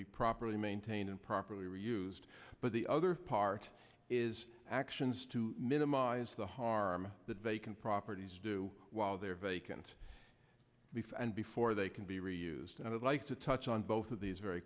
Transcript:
be properly maintained and properly used but the other part is actions to minimize the harm that vacant properties do while they're vacant beef and before they can be re used and i'd like to touch on both of these very